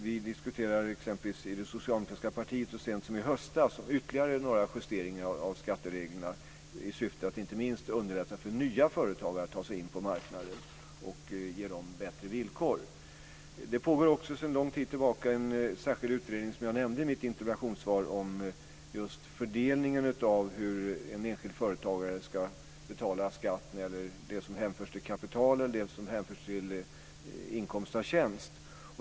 Vi diskuterade exempelvis i det socialdemokratiska partiet så sent som i höstas ytterligare några justeringar av skattereglerna i syfte att underlätta inte minst för nya företagare att ta sig in på marknaden och ge dem bättre villkor. Det pågår också sedan lång tid tillbaka en särskild utredning, som jag nämnde i mitt interpellationssvar, just om fördelningen när det gäller hur en enskild företagare ska betala skatt, vad som hänförs till kapital och vad som hänförs till inkomst av tjänst.